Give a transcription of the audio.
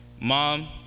Mom